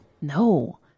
No